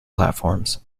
platforms